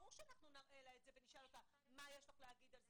ברור שנראה לה את זה ונשאל אותה מה יש לה להגיד על זה.